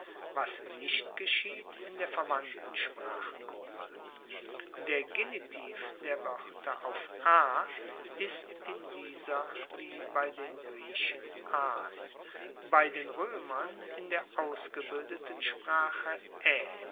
was nicht geschieht in der verwandten sprachengruppe der genetiv der woerter auf a ist in dieser wie bei den griechen as bei den roemern in der ausgebildeten sprache